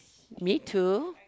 me too